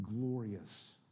glorious